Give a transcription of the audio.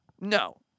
No